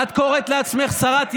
בושה וחרפה, את קוראת לעצמך שרת ימין?